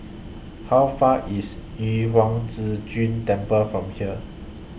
How Far away IS Yu Huang Zhi Zun Temple from here